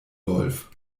wolf